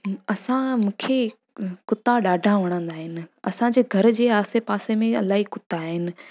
असां मूंखे कुता ॾाढा वणंदा आहिनि असांजे घर जे आसे पासे में इलाही कुता आहिनि